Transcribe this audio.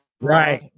Right